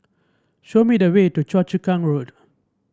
show me the way to Choa Chu Kang Road